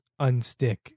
unstick